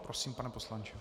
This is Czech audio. Prosím, pane poslanče.